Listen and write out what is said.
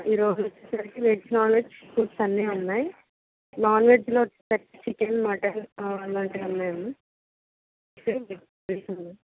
ఈరోజు వచ్చేసరికి veg non veg foods అన్నీ ఉన్నాయి నాన్ వెెజ్లో వచ్చేసి చికెన్ మటన్ అలాంటివి ఉన్నాయండి